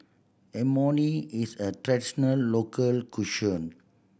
imoni is a traditional local cuisine